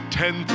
ten